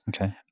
Okay